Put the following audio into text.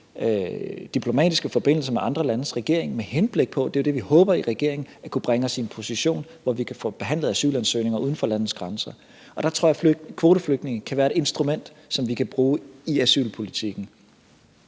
diplomatiske forbindelser med andre landes regeringer med henblik på – det er jo det, vi håber i regeringen – at kunne bringe os i en position, hvor vi kan få behandlet asylansøgninger uden for landets grænser. Der tror jeg kvoteflygtninge kan være et instrument, som vi kan bruge i asylpolitikken.